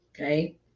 okay